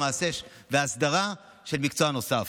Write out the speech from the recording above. והסדרה של מקצוע נוסף.